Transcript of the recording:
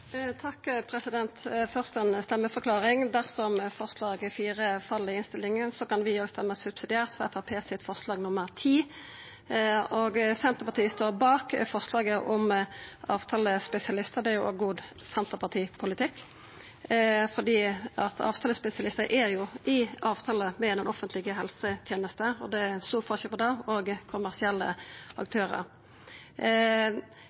kan vi stemma subsidiært for Framstegspartiets forslag nr. 10. Senterpartiet står bak forslaget om avtalespesialistar, det er òg god Senterparti-politikk fordi avtalespesialistar har avtale med den offentlege helsetenesta, og det er stor forskjell på det og kommersielle